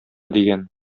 дигән